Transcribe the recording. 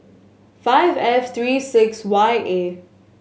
five F three six Y A